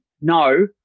no